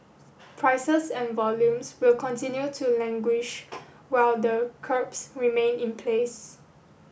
prices and volumes will continue to languish while the curbs remain in place